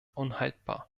unhaltbar